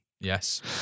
Yes